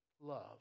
love